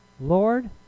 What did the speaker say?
Lord